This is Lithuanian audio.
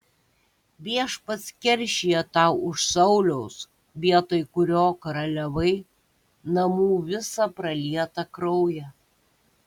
viešpats keršija tau už sauliaus vietoj kurio karaliavai namų visą pralietą kraują